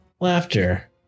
laughter